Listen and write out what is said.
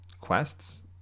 quests